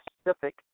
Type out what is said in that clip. specific